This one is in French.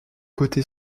côté